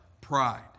pride